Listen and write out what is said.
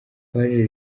twaje